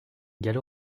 gallo